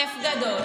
כיף גדול.